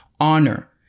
honor